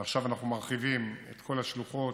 ועכשיו אנחנו מרחיבים את כל השלוחות,